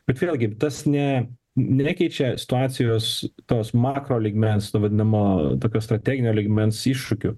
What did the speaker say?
bet vėlgi tas ne nekeičia situacijos tos makro lygmens nu vadinamo tokio strateginio lygmens iššūkiu